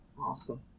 Awesome